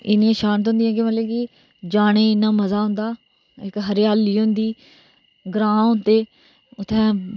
इन्नियां शांत होंदिया मतलब कि जाने गी इन्ना मजा आंदा इक हरियाली होंदी ग्रां होंदे उत्थै